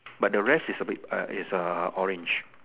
but the rest is a bit uh is uh orange